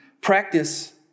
practice